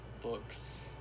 books